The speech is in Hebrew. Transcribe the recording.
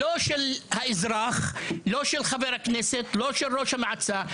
לא של האזרח, של חבר הכנסת ולא של ראש המועצה.